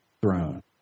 throne